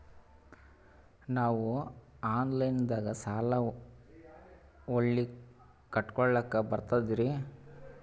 ನಾವು ಆನಲೈನದಾಗು ಸಾಲ ಹೊಳ್ಳಿ ಕಟ್ಕೋಲಕ್ಕ ಬರ್ತದ್ರಿ?